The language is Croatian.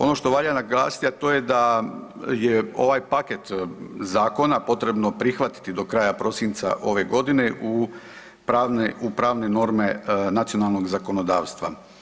Ono što valja naglasiti, a to je da je ovaj paket zakona potrebno prihvatiti do kraja prosinca ove godine u pravne norme nacionalnog zakonodavstva.